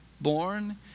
Born